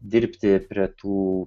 dirbti prie tų